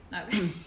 okay